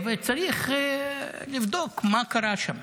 צריך לבדוק מה קרה שם.